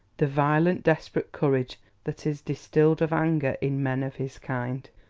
the violent, desperate courage that is distilled of anger in men of his kind.